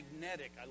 magnetic